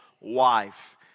wife